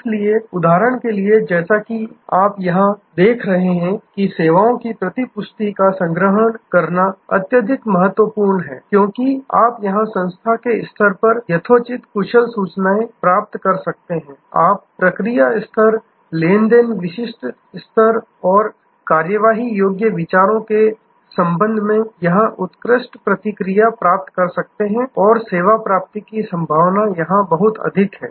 इसलिए उदाहरण के लिए जैसा कि आप यहाँ देख रहे हैं कि सेवाओं की प्रतिपुष्टि का संग्रहण करना अत्यधिक महत्वपूर्ण है क्योंकि आप यहाँ संस्था के स्तर पर यथोचित कुशल सूचनाएं प्राप्त कर सकते हैं आप प्रक्रिया स्तर लेन देन विशिष्ट स्तर और कार्रवाई योग्य विचारों के संबंध में यहाँ उत्कृष्ट प्रतिक्रिया प्राप्त कर सकते हैं और सेवा प्राप्ति की संभावना यहाँ बहुत अधिक है